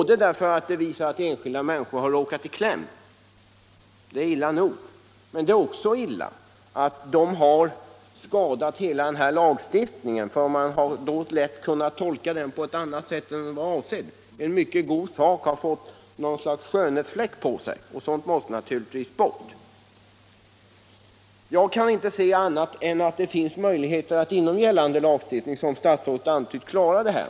De visar att enskilda människor har råkat i kläm, vilket är illa nog. Men det är också illa att det inträffade skadat hela lagstiftningen, för man har lätt kunnat uppfatta den på ett annat sätt än lagstiftaren avsåg. En mycket god sak har fått en skönhetsfläck, och sådant måste naturligtvis bort. Jag kan inte se annat än att det finns möjligheter att inom gällande lagstiftning, som statsrådet antytt, klara det här.